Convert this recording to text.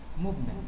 movement